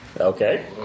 Okay